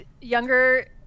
younger